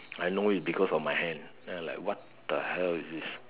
I know it because of my hand and I was like what the hell is this